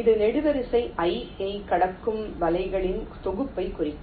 இது நெடுவரிசை i ஐ கடக்கும் வலைகளின் தொகுப்பைக் குறிக்கும்